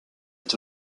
est